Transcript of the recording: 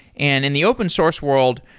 and in the open source world,